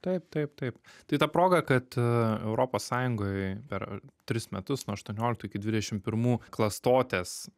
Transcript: taip taip taip tai ta proga kad europos sąjungoj per tris metus nuo aštuonioliktų iki dvidešimt pirmų klastotės